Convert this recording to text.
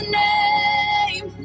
name